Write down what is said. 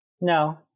No